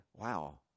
Wow